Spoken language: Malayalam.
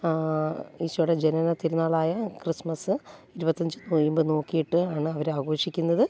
ഇശോയുടെ ജനന തിരുനാളായ ക്രിസ്മസ് ഇരുപത്തഞ്ച് നൊയമ്പ് നോക്കിയിട്ട് ആണ് അവർ ആഘോഷിക്കുന്നത്